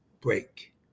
break